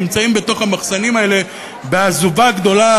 נמצאים בתוך המחסנים האלה בעזובה גדולה.